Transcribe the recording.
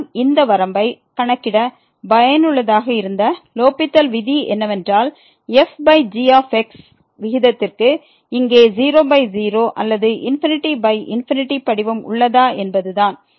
மேலும் இந்த வரம்பை கணக்கிட பயனுள்ளதாக இருந்த லோப்பித்தல் விதி என்னவென்றால் fg விகிதத்திற்கு இங்கே 00 அல்லது ∞∞ படிவம் உள்ளதா என்பதுதான்